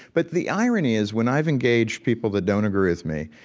but the irony is, when i've engaged people that don't agree with me,